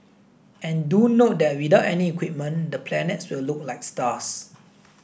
and do note that without any equipment the planets will look like stars